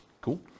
Cool